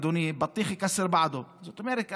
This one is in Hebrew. אדוני: (אומר בערבית: האבטיחים שוברים זה את זה,) זאת אומרת,